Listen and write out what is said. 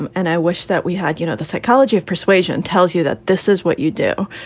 and and i wish that we had you know, the psychology of persuasion tells you that this is what you do.